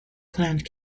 planned